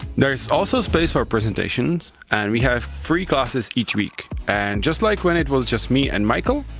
there is also space for presentations and we have free classes each week. and just like when it was just me and michal,